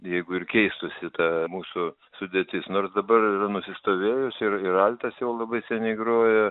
jeigu ir keistųsi ta mūsų sudėtis nors dabar yra nusistovėjusi ir ir altės jau labai seniai groja